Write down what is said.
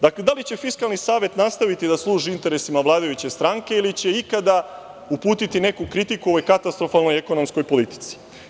Dakle, da li će Fiskalni savet nastaviti da služi interesima vladajuće stranke ili će ikada uputiti neku kritiku ovoj katastrofalnoj ekonomskoj politici?